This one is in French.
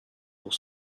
pour